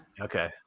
Okay